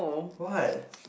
what